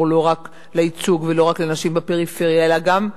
לא רק לייצוג ולא רק לנשים בפריפריה אלא גם כאן,